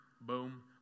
boom